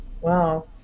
Wow